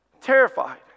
Terrified